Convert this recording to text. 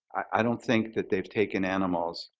i don't think that they've taken animals.